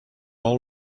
all